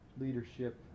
leadership